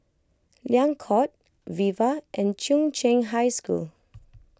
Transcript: Liang Court Viva and Chung Cheng High School